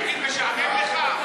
תגיד, משעמם לך?